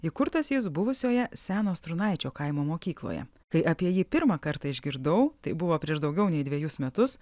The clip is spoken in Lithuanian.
įkurtas jis buvusioje seno strūnaičio kaimo mokykloje kai apie jį pirmą kartą išgirdau tai buvo prieš daugiau nei dvejus metus